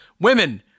women